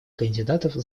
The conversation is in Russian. кандидатов